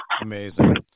amazing